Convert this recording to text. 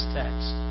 text